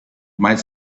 might